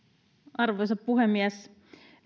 arvoisa puhemies